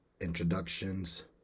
introductions